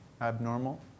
abnormal